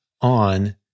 on